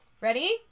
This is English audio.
Ready